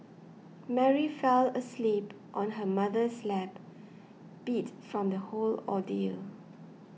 Mary fell asleep on her mother's lap beat from the whole ordeal